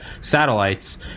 satellites